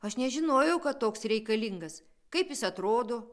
aš nežinojau kad toks reikalingas kaip jis atrodo